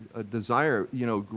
a desire, you know,